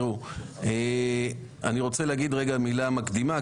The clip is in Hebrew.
אני רוצה להגיד רגע מילה מקדימה,